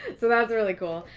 so that's really cool.